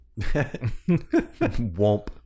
Womp